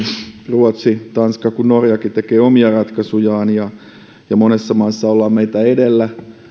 ruotsi tanska kuin norjakin tekevät omia ratkaisujaan monessa maassa ollaan meitä edellä